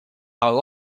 how